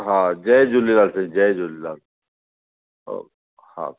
हा जय झूलेलाल साईं जय झूलेलाल ओ हा